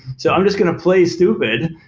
so i'm just going to play stupid.